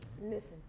Listen